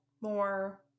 more